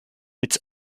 its